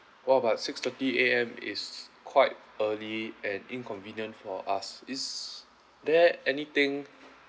what about six thirty A_M is quite early and inconvenient for us is there anything